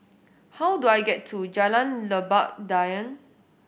how do I get to Jalan Lebat Daun